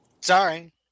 sorry